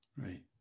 Right